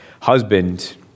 husband